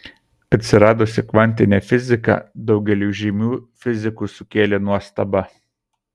atsiradusi kvantinė fizika daugeliui žymių fizikų sukėlė nuostabą